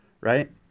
right